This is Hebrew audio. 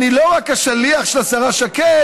אני לא רק השליח של השרה שקד,